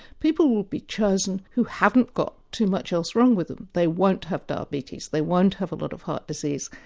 people will be chosen who haven't got too much else wrong with them. they won't have diabetes, they won't have a lot of heart disease,